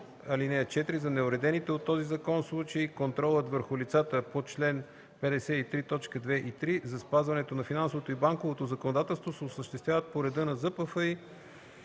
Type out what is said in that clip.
ЗПФИ. (4) В неуредените от този закон случаи контролът върху лицата по чл. 53, т. 2 и 3 за спазването на финансовото и банковото законодателство се осъществява по реда на ЗПФИ,